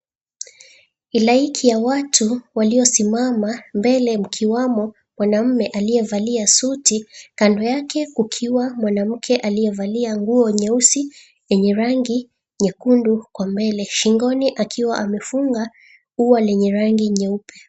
Hilaiki ya watu waliosimama, mbele mkiwamo mwanamume aliyevalia suti, kando yake kukiwa mwanamke aliyevalia nguo nyeusi yenye rangi nyekundu kwa mbele. Shingoni akiwa amefunga uwa lenye rangi nyeupe.